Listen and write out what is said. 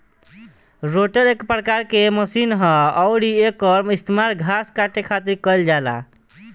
rotor एक प्रकार के मशीन ह अउरी एकर इस्तेमाल घास काटे खातिर कईल जाला